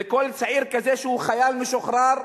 וכל צעיר כזה שהוא חייל משוחרר,